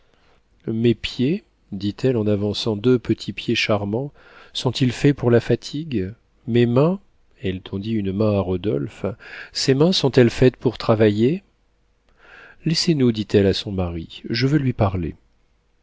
mes pieds dit-elle en avançant deux petits pieds charmants sont-ils faits pour la fatigue mes mains elle tendit une main à rodolphe ces mains sont-elles faites pour travailler laissez-nous dit-elle à son mari je veux lui parler